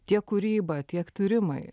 tiek kūryba tiek tyrimai